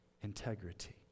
integrity